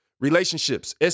Relationships